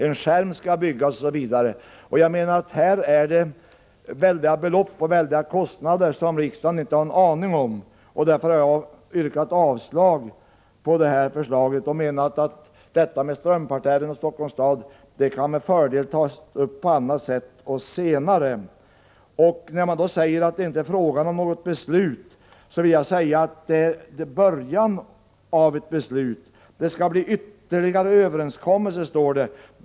En skärm skall byggas osv. Här är det fråga om väldiga kostnader som riksdagen inte har någon aning om. Därför har jag yrkat avslag på förslaget och menat att överlåtelsen av Strömparterren till Stockholms stad med fördel kan tas upp på annat sätt och senare. När man nu säger att det inte är fråga om något beslut vill jag påstå att det här blir början till ett beslut. Det skall bli ytterligare överenskommelser, står det.